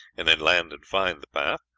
and then land and find the path,